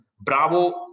Bravo